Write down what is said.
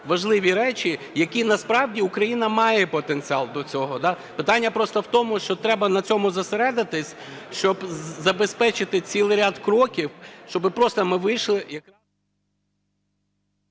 важливі речі, які… Насправді Україна має потенціал до цього. Питання просто в тому, що треба на цьому зосередитися, щоб забезпечити цілий ряд кроків, щоб просто ми вийшли…